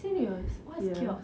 serious what's kiosk